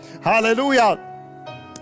Hallelujah